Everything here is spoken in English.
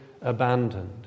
abandoned